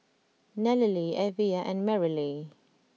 Nallely Evia and Merrily